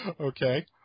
Okay